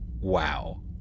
Wow